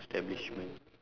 establishment